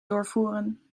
doorvoeren